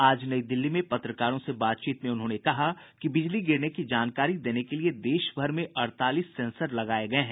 आज नई दिल्ली में पत्रकारों से बातचीत में उन्होंने कहा कि बिजली गिरने की जानकारी देने के लिए देशभर में अड़तालीस सेंसर लगाये गये हैं